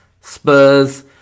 Spurs